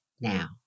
now